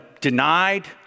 denied